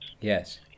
Yes